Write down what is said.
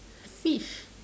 fish